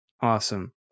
Awesome